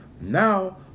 Now